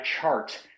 chart